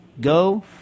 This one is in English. Go